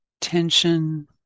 tension